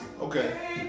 Okay